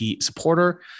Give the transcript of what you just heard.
supporter